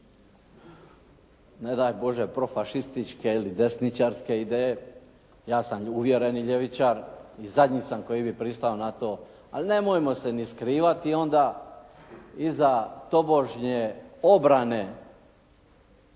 ne daj Bože profašističke ili desničarske ideje. Ja sam uvjereni ljevičar i zadnji sam koji bi pristao na to ali nemojmo se ni skrivati onda iza tobožnje obrane